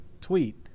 tweet